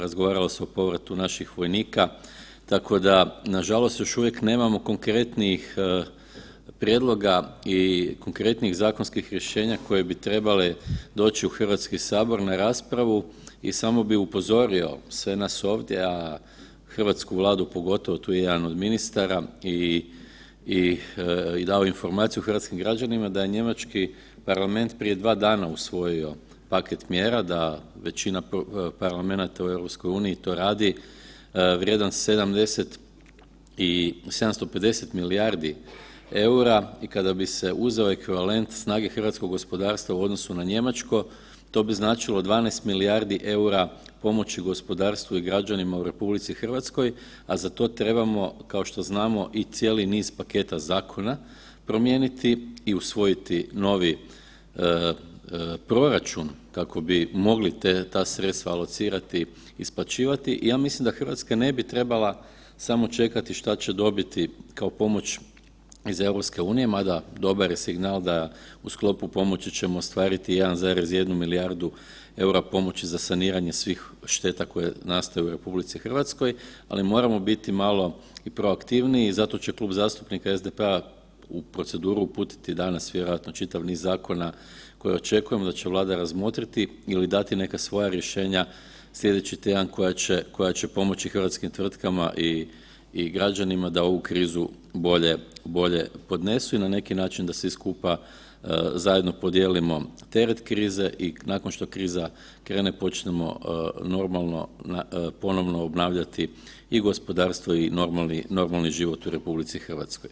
Razgovaralo se o povratu naših vojnika, tako da nažalost još uvijek nemamo konkretnih prijedloga i konkretnih zakonskih rješenja koji bi trebali doći u HS na raspravu i samo bih upozorio sve nas ovdje, a hrvatsku Vladu pogotovo, tu je jedan od ministara i dao informaciju hrvatskim građanima, da je njemački parlament prije 2 dana usvojio paket mjera da većina parlamenata u EU to radi, vrijedan 750 milijardi eura i kada bi se uzeo ekvivalent snage hrvatskog gospodarstva u odnosu na njemačko, to bi značilo 12 milijardi eura pomoći gospodarstvu i građanima u RH, a za to trebamo kao što znamo i cijeli niz paketa zakona promijeniti i usvojiti novi proračun kako bi mogli ta sredstva alocirati i isplaćivati i ja mislim da Hrvatska ne bi trebala samo čekati što će dobiti kao pomoć iz EU, mada, dobar je signal da u sklopu pomoći ćemo ostvariti 1,1 milijardu eura pomoći za saniranje svih šteta koje nastaju u RH, ali moramo biti malo i proaktivniji, zato će Klub zastupnika SDP-a u proceduru uputiti danas vjerojatno čitav niz zakona koje očekujemo da će Vlada razmotriti ili dati neka svoja rješenja sljedeći tjedan koje će pomoći hrvatskim tvrtkama i građanima da ovu krizu bolje podnesu i na neki način da svi skupa zajedno podijelimo teret krize i nakon što kriza krene počnemo normalno ponovno obnavljati i gospodarstvo i normalni, normalni život u RH.